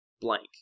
blank